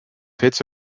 pits